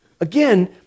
Again